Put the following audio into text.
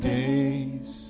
days